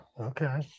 okay